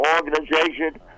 organization